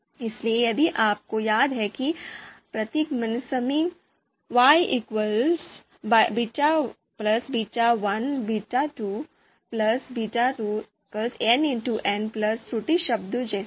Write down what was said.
इसलिए यदि आपको याद है कि प्रतिगमन समीकरण y 0 x1x1 β2x2 nxn त्रुटि शब्दों जैसे हैं